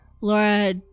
Laura